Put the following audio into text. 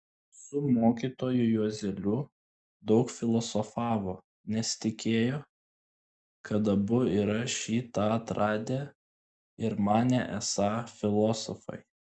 su mokytoju juozeliu daug filosofavo nes tikėjo kad abu yra šį tą atradę ir manė esą filosofai